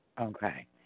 Okay